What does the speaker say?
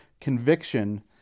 conviction